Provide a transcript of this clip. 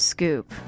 Scoop